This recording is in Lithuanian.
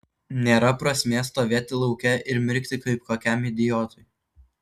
nėra prasmės stovėti lauke ir mirkti kaip kokiam idiotui